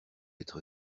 être